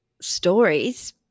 stories